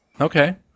Okay